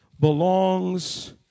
belongs